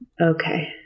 Okay